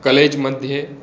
college मध्ये